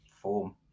Form